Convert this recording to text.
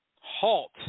halt